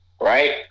Right